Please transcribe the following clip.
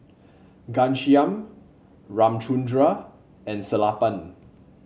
Ghanshyam Ramchundra and Sellapan